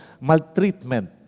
maltreatment